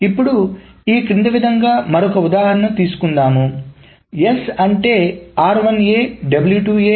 ఇప్పుడు ఈ క్రింది విధంగా మరొక ఉదాహరణ తీసుకుందాం S అంటే మరియు